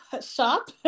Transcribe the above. shop